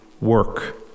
work